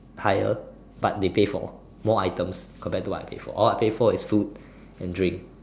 higher but they pay for more items compared to what I paid for all I paid for is food and drink